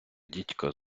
дідько